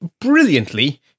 brilliantly